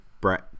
Brett